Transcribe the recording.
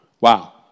Wow